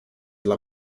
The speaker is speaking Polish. dla